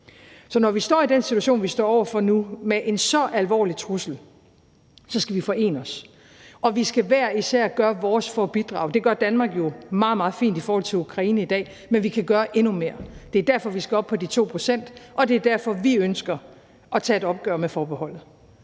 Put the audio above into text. Så når vi står i den situation, vi står over for nu, med en så alvorlig trussel, så skal vi forene os, og vi skal hver især gøre vores for at bidrage, og det gør Danmark jo meget, meget fint i forhold til Ukraine i dag, men vi kan gøre endnu mere. Det er derfor, vi skal op på de 2 pct., og det er derfor, vi ønsker at tage et opgør med forbeholdet.